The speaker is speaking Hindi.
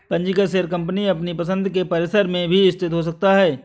पंजीकृत शेयर कंपनी अपनी पसंद के परिसर में भी स्थित हो सकता है